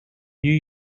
new